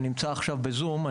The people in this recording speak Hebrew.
שנמצא עכשיו בזום,